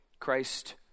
Christ